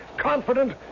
confident